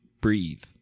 breathe